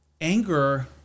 anger